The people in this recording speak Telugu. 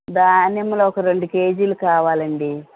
దానిమ్మలు ఒక రెండు కేజీలు కావాలండి